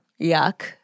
yuck